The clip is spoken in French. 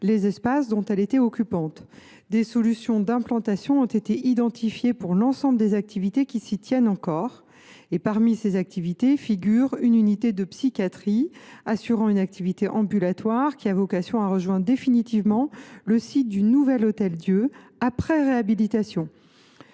les espaces dont elle était occupante. Des solutions d’implantation ont été identifiées pour l’ensemble des activités qui s’y tiennent encore. Parmi ces activités figure une unité de psychiatrie assurant une activité ambulatoire, qui a vocation à rejoindre définitivement le site du nouvel Hôtel Dieu après réhabilitation.